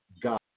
God